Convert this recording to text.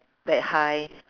that high